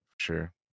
sure